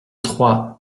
trois